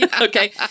Okay